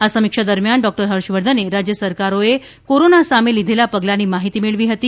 આ સમિક્ષા દરમિયાન ડૉ હર્ષવર્ધને રાજ્ય સરકારોએ કોરોના સામે લીધેલાં પગલાં ની માહિતી મેળવી હતી